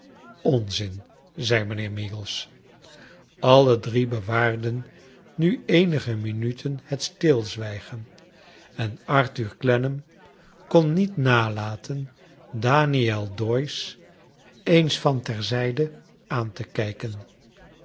onzin zei mijnheer meagles alle drie bewaarden nu eenigc minuten het stilzwijgen en arthur clennam kon niet nalaten daniel doyce eens van ter zijde aan te kijken